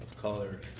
color